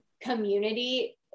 community